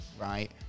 right